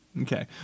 Okay